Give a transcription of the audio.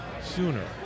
sooner